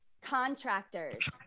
contractors